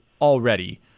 already